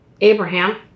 Abraham